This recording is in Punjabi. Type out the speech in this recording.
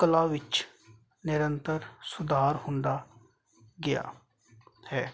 ਕਲਾ ਵਿੱਚ ਨਿਰੰਤਰ ਸੁਧਾਰ ਹੁੰਦਾ ਗਿਆ ਹੈ